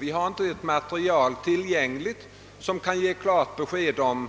Vi har inte ett material tillgängligt som kan ge klart besked om